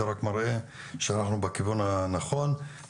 זה רק מראה שאנחנו בכיוון הנכון.